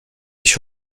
ich